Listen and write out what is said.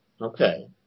Okay